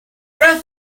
rest